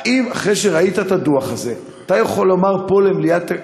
האם אחרי שראית את הדוח הזה אתה יכול לומר פה במליאת